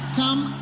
come